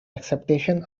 acceptation